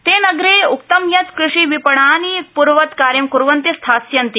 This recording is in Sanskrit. तेन अग्रे उक्तम् यत् कृषिविपणानि पूर्ववत् कार्य क्र्वन्ती स्थास्यन्ति